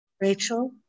Rachel